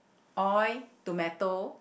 oil tomato